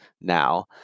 now